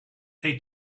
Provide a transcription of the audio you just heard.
they